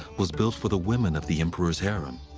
was built for the women of the emperors harem.